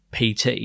pt